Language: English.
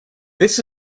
this